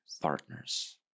partners